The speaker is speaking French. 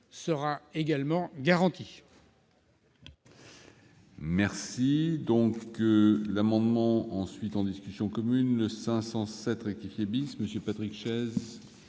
sera également garantie.